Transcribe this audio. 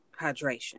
hydration